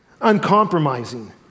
uncompromising